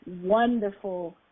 wonderful